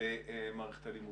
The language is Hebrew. למערכת הלימודים.